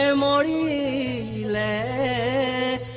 a a